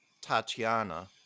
Tatiana